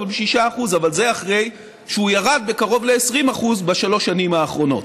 אבל זה אחרי שהוא ירד בקרוב ל-20% בשלוש השנים האחרונות.